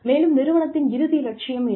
மேலும் நிறுவனத்தின் இறுதி லட்சியம் என்ன